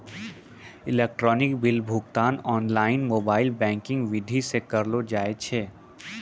electronic bill भुगतान online mobile banking विधि से करलो जाय छै